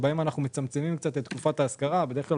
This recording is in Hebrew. שבהם אנחנו מצמצמים קצת את תקופת ההשכרה - בדרך כלל